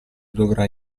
dovrà